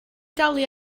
dalu